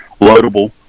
loadable